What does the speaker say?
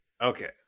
Okay